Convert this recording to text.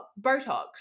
Botox